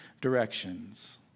directions